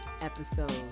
episode